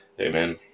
Amen